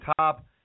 top